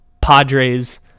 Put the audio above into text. Padres